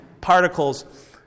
particles